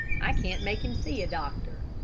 i can't make him see a doctor.